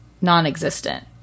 Non-existent